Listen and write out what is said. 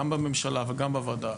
גם בממשלה וגם בוועדה,